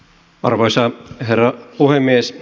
arvoisa herra puhemies